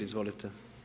Izvolite.